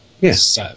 Yes